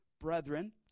brethren